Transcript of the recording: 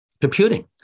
Computing